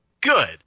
Good